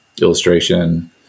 Illustration